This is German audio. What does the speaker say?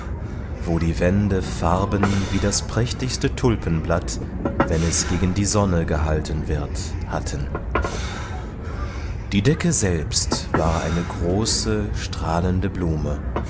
wo die wände farben wie das prächtigste tulpenblatt wenn es gegen die sonne gehalten wird hatten die decke selbst war eine große strahlende blume